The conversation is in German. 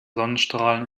sonnenstrahlen